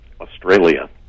Australia